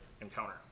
encounter